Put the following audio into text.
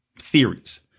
theories